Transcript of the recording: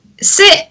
sit